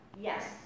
Yes